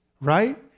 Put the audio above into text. right